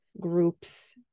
groups